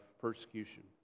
persecution